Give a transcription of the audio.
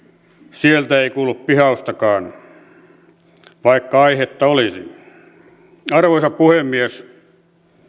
sieltä ei kuulu pihaustakaan vaikka aihetta olisi arvoisa puhemies